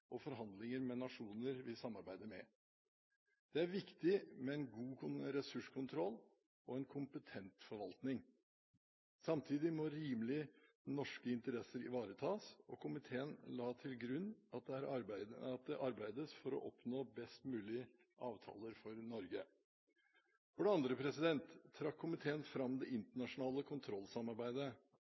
og forhandlinger med nasjoner vi samarbeider med. Det er viktig med en god ressurskontroll og en kompetent forvaltning. Samtidig må rimelige, norske interesser ivaretas. Komiteen la til grunn at det arbeides for å oppnå best mulig avtaler for Norge. For det andre har komiteen trukket fram det internasjonale kontrollsamarbeidet.